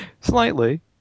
Slightly